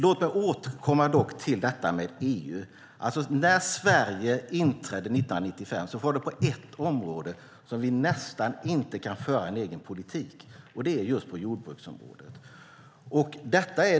Låt mig dock återkomma till detta med EU. Sedan Sverige inträdde i EU 1995 är det på ett område som vi nästan inte kan föra en egen politik, och det är just på jordbruksområdet.